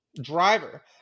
driver